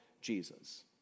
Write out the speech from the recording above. jesus